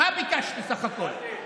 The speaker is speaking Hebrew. מה ביקשתי בסך הכול?